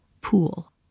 pool